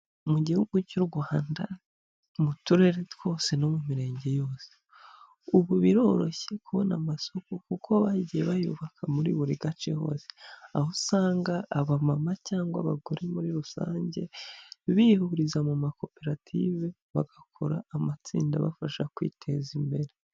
Mu gihugu cy'u Rwanda, mu turere twose no mu mirenge yose, ubu biroroshye kubona amasoko kuko bagiye bayubaka muri buri gace hose, aho usanga abamama cyangwa abagore muri rusange, bihuriza mu makoperative bagakora amatsinda abafasha kwiteza imbere.